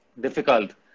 difficult